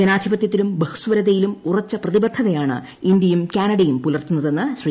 ജനാധിപത്യത്തിലും ബഹുസ്വരതയിലും ഉറച്ച പ്രതിബദ്ധതയാണ് ഇന്ത്യയും കാനഡയും പുലർത്തുന്നതെന്ന് ശ്രീ